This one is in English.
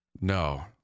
No